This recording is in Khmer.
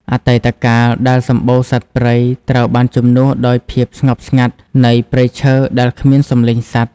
អតីតកាលដែលសំបូរសត្វព្រៃត្រូវបានជំនួសដោយភាពស្ងប់ស្ងាត់នៃព្រៃឈើដែលគ្មានសំឡេងសត្វ។